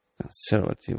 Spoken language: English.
conservative